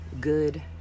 Good